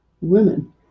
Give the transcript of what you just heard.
women